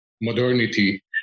modernity